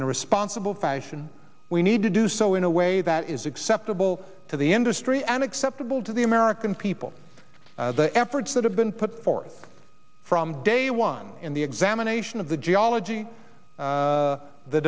a responsible fashion we need to do so in a way that is acceptable to the industry and acceptable to the american people the efforts that have been put forth from day one in the examination of the geology